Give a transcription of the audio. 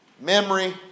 memory